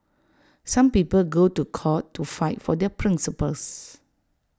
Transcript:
some people go to court to fight for their principles